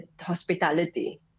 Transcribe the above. hospitality